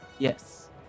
Yes